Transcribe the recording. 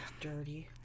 dirty